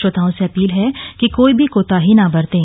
श्रोताओं से अपील है कि कोई भी कोताही न बरतें